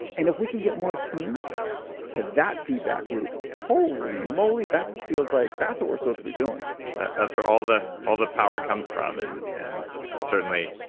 and if we can get more attuned to that feedback loop, holy moly, that feels like. that's what we're supposed to be doing that's where all the all the power comes from. and and ah certainly,